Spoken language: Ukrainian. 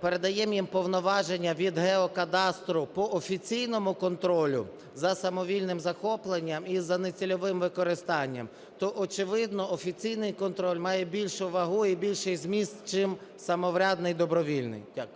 передаємо їм повноваження від геокадастру по офіційному контролю за самовільним захопленням і за нецільовим використанням, то, очевидно, офіційний контроль має більшу вагу і більший зміст, чим самоврядний і добровільний. Дякую.